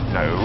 no